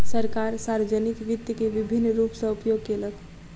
सरकार, सार्वजानिक वित्त के विभिन्न रूप सॅ उपयोग केलक